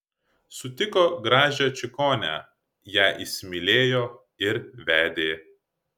sutiko gražią čigonę ją įsimylėjo ir vedė